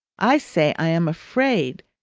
i say i am afraid,